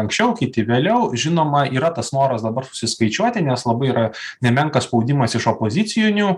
anksčiau kiti vėliau žinoma yra tas noras dabar susiskaičiuoti nes labai yra nemenkas spaudimas iš opozicinių